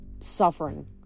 suffering